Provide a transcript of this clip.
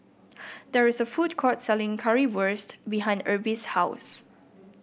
there is a food court selling Currywurst behind Erby's house